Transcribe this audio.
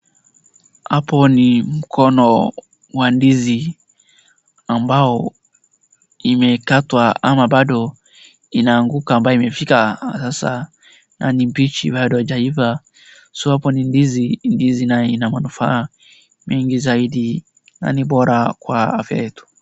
Hapo ni mkono wa ndizi ambao imekatwa ama bado inanguka ambayo inafika sasa ni mbichi bado haijaivaa so hapa ni ndizi ndizi ina manufaa mengi zaidi na ni bora kwa afya yetu.